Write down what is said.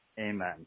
Amen